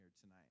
tonight